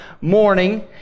morning